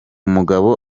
mugabo